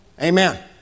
Amen